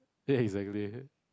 eh it's like a real